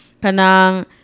kanang